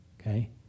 Okay